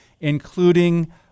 including